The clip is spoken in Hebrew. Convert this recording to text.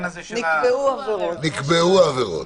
נקבעו עבירות.